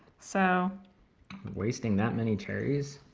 so wasting that many cherries?